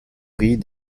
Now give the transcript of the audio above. riz